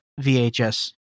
VHS